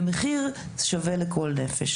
במחיר שווה לכל נפש.